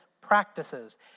practices